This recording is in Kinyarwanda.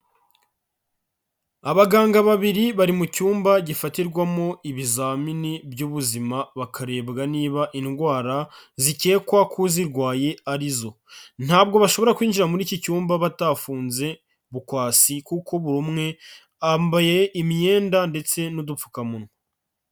Abaganga babiri bari mu cyumba gifatirwamo ibizamini by'ubuzima bakarebwa niba indwara zikekwa ko uzirwaye arizo, ntabwo bashobora kwinjira muri iki cyumba batafunze bukwasi kuko buri umwe yambaye imyenda ndetse n'udupfukamunwa.